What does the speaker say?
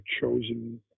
chosen